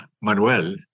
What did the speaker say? Manuel